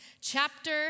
chapter